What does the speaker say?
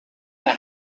the